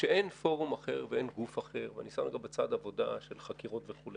שאין פורום אחר ואין גוף אחר ואני שם בצד עבודה של חקירות וכו'